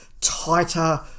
tighter